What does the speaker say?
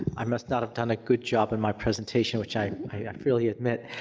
i must not have done a good job in my presentation, which i i freely admit.